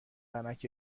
ونک